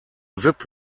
vip